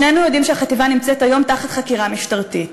שנינו יודעים שהחטיבה נמצאת היום תחת חקירה משטרתית.